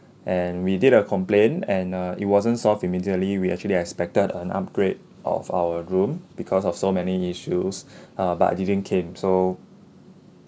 and we did a complain and uh it wasn't solved immediately we actually expected an upgrade of our room because of so many issues uh but it didn't came so